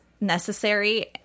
necessary